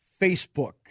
Facebook